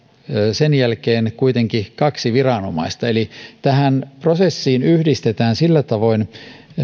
sen jälkeen kuitenkin kaksi viranomaista eli tähän prosessiin yhdistetään sillä tavoin